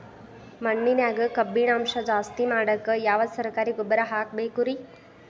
ಮಣ್ಣಿನ್ಯಾಗ ಕಬ್ಬಿಣಾಂಶ ಜಾಸ್ತಿ ಮಾಡಾಕ ಯಾವ ಸರಕಾರಿ ಗೊಬ್ಬರ ಹಾಕಬೇಕು ರಿ?